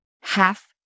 Half